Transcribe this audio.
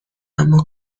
اما